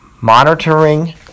Monitoring